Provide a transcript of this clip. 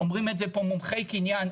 אומרים את זה פה מומחי קניין.